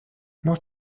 not